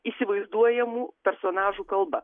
įsivaizduojamų personažų kalba